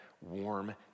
warm